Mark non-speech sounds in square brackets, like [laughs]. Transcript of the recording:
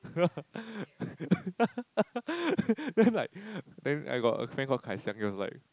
[laughs] then like then I got a friend called Kai-Xiang he was like